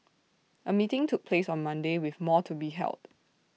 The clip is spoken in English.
A meeting took place on Monday with more to be held